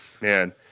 man